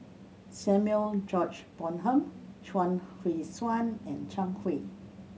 Samuel George Bonham Chuang Hui Tsuan and Zhang Hui